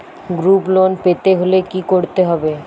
Group loan পেতে হলে কি করতে হবে?